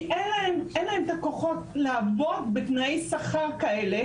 אין להן את הכוחות לעבוד בתנאי שכר כאלה